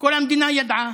כל המדינה ידעה.